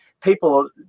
People